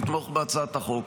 לתמוך בהצעת החוק.